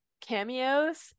cameos